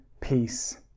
peace